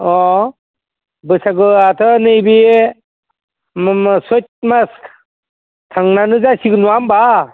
अ बैसागुआथ' नैबे माबा सैथ मास थांनानै जासिगोन नङा होमबा